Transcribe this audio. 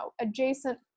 adjacent